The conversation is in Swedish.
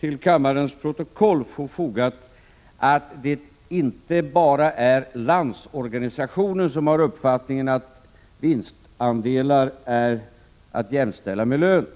Till kammarens protokoll vill jag foga att det inte enbart är Landsorganisationen som har uppfattningen att vinstandelar är att jämställa med lön.